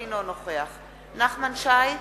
אינו נוכח נחמן שי,